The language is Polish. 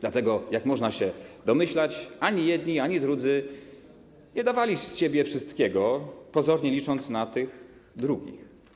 Dlatego, jak można się domyślać, ani jedni, ani drudzy nie dawali z siebie wszystkiego, pozornie licząc na tych drugich.